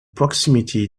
proximity